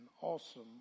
awesome